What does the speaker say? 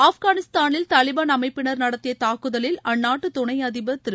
ஆப்கானிஸ்தானில் தாலிபான் அமைப்பினர் நடத்திய தாக்குதலில் அந்நாட்டு துணை அதிபர் திரு